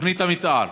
תוכנית המתאר,